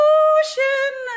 ocean